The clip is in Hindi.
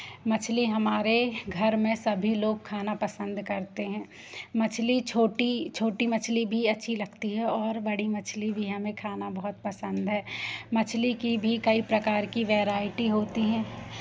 मछ्ली हमारे घर में सभी लोग खाना पसंद करते हैं मछ्ली छोटी छोटी मछ्ली भी अच्छी लगती है और बड़ी मछ्ली भी हमें खाना बहुत पसंद है मछ्ली की भी कई प्रकार की वेराइटी होती हैं